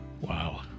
Wow